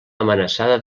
amenaçada